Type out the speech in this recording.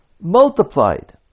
multiplied